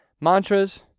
mantras